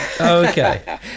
Okay